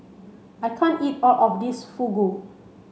I can't eat all of this Fugu